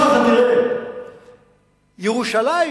ירושלים